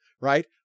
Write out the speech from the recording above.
right